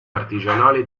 artigianale